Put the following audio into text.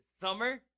Summer